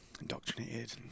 indoctrinated